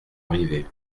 arrivée